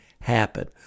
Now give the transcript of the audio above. happen